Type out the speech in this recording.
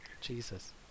Jesus